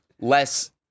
less